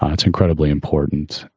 ah it's incredibly important.